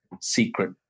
secret